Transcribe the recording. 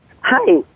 Hi